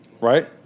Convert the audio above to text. right